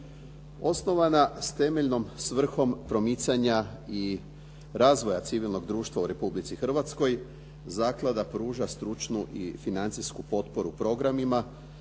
Osnovana s temeljnom svrhom promicanja i razvoja civilnog društva u Republici Hrvatskoj zaklada pruža stručnu i financijsku potporu programima